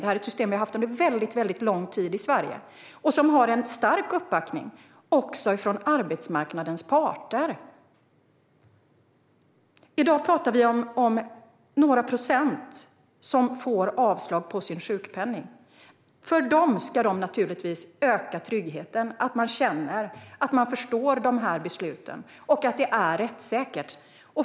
Det systemet har vi haft under väldigt lång tid i Sverige, och det har en stark uppbackning också från arbetsmarknadens parter. I dag är det några procent som får avslag på sin sjukpenning. För dem ska naturligtvis tryggheten öka så att de känner att de förstår dessa beslut och så att det är rättssäkert.